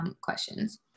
questions